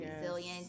resilient